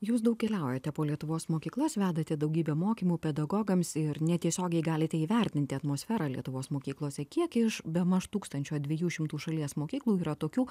jūs daug keliaujate po lietuvos mokyklas vedate daugybę mokymų pedagogams ir netiesiogiai galite įvertinti atmosferą lietuvos mokyklose kiek iš bemaž tūkstančio dviejų šimtų šalies mokyklų yra tokių